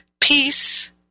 peace